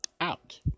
out